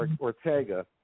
Ortega